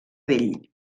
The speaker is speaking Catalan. vell